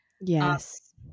Yes